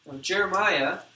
Jeremiah